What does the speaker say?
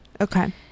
okay